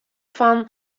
fan